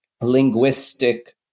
linguistic